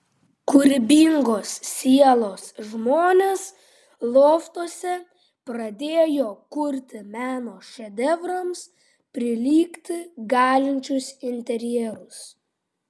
kūrybingos sielos žmonės loftuose pradėjo kurti meno šedevrams prilygti galinčius interjerus